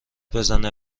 بزنه